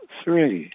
three